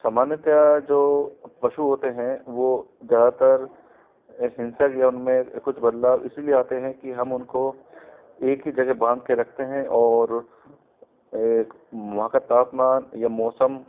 समान्यत जो पशु होते हैं वो ज़्यादातर हिंसक या उनमें कुछ बदलाव इसलिए आते हैं कि हम उनको एक ही जगह बांध के रखते हैं और एक वहाँ का तापमान या मौसम